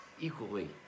equally